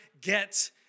get